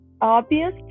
obvious